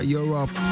Europe